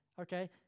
okay